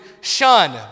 shun